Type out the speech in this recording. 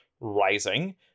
rising